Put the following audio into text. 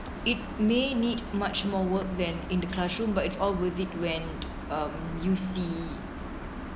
it may need much more work than in the classroom but it's all worth it when um you see